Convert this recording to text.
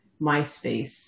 myspace